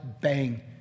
Bang